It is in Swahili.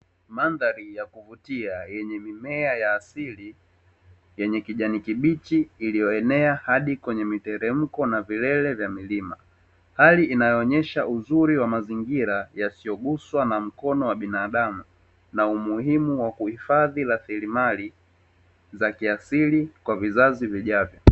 Mandhari ya kuvutia, yenye mimea ya asili yenye kijani kibichi iliyoenea hadi kwenye miteremko na vilele vya milima, hali inayoonyesha uzuri wa mazingira yasiyoguswa na mkono wa binadamu, na umuhimu wa kuhifadhi rasirimali za kiasili kwa vizazi vijavyo.